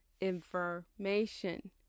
information